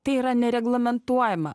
tai yra nereglamentuojama